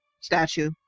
statue